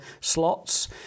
slots